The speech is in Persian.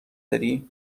داری